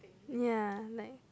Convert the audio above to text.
ya like